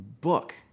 book